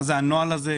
מה זה הנוהל הזה?